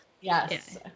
Yes